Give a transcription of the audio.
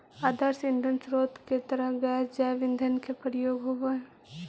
आदर्श ईंधन स्रोत के तरह गैस जैव ईंधन के प्रयोग होवऽ हई